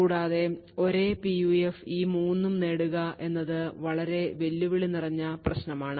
കൂടാതെ ഒരേ PUF ഈ 3 ഉം നേടുക എന്നത് വളരെ വെല്ലുവിളി നിറഞ്ഞ പ്രശ്നമാണ്